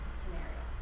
scenario